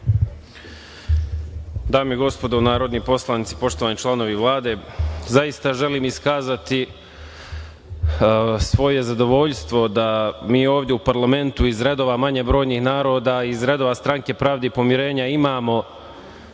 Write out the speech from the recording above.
Dame i gospodo narodni poslanici, poštovani članovi Vlade, zaista želim iskazati svoje zadovoljstvo da mi ovde u parlamentu iz redova manje brojnih naroda, iz redova Stranke pravde i pomirenja imamo